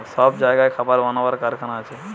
সব জাগায় খাবার বানাবার কারখানা আছে